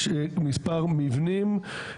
יש מספר מבנים.